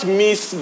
miss